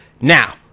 Now